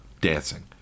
dancing